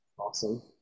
Awesome